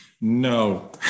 No